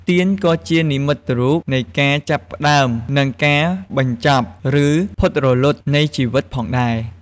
ទៀនក៏៏ជានិមិត្តរូបនៃការចាប់ផ្ដើមនិងការបញ្ចប់ឬផុតរលត់នៃជីវិតផងដែរ។